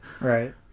Right